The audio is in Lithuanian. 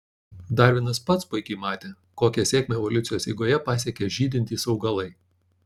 darvinas pats puikiai matė kokią sėkmę evoliucijos eigoje pasiekė žydintys augalai